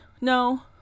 no